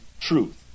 truth